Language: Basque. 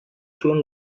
zuen